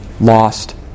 lost